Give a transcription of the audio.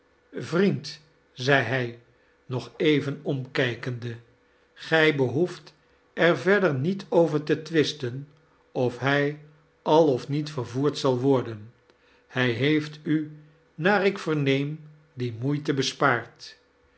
vriead zei hij nog even omkijkende gij behoeft er verder niet over te twisteai of hij al of niet vervoerd zal worden hij heeft u naar ik verneem die moeite bespaard